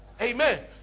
Amen